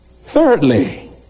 Thirdly